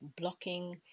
blocking